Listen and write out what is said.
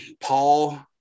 Paul